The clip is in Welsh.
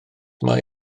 mae